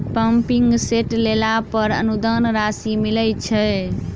Pumping set लेला पर अनुदान राशि मिलय छैय?